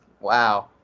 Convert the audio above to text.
Wow